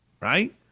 right